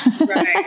Right